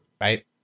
right